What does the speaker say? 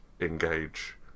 engage